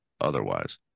otherwise